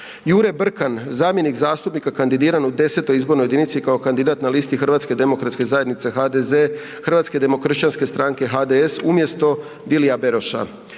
Jure Brkan, zamjenik zastupnika kandidiranog u 10. izbornoj jedinici kao kandidat na listi Hrvatske demokratske zajednice, HDZ, Hrvatske demokršćanske stranke, HDS, umjesto Vilija Beroša;